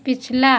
पिछला